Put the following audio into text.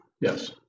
Yes